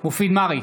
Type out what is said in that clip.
מופיד מרעי,